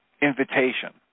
invitation